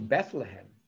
Bethlehem